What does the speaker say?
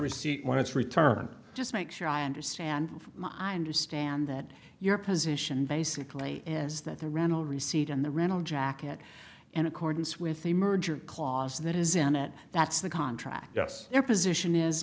receipt when it's returned just make sure i understand i understand that your position basically is that the rental receipt and the rental jacket and accordance with the merger clause that is in it that's the contract yes their position is